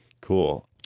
Cool